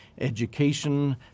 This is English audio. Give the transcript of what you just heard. education